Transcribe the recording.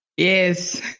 yes